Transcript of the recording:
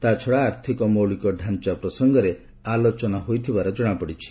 ତା୍ଚଡା ଆର୍ଥକ ମୌଳିକ ଢାଞ୍ଚା ପ୍ରସଙ୍ଗରେ ଆଲୋଚନା ହୋଇଥିବାର ଜଣାପଡିଛି